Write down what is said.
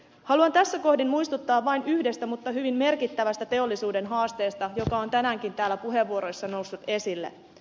haluan tässä kohdin muistuttaa vain yhdestä mutta hyvin merkittävästä teollisuuden haasteesta joka on tänäänkin täällä puheenvuoroissa noussut esille